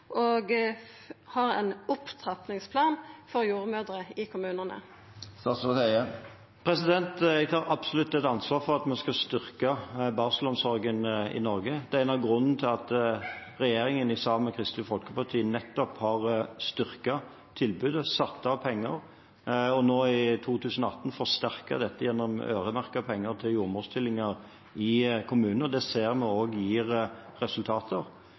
og ha ein opptrappingsplan for jordmødrer i kommunane? Jeg tar absolutt et ansvar for at vi skal styrke barselomsorgen i Norge. Det er en av grunnene til at regjeringen, sammen med Kristelig Folkeparti, har styrket tilbudet, satt av penger, og nå i 2018 forsterket dette gjennom øremerkede penger til jordmorstillinger i kommunene, og det ser vi gir resultater.